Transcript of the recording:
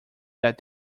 that